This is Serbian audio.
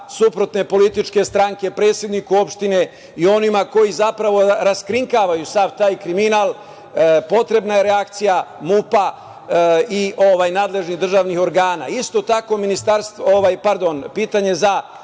suprotne političke stranke, predsedniku opštine i onima koji zapravo raskrinkavaju sav taj kriminal, potrebna je reakcija MUP-a i nadležnih državnih organa. Pitanje za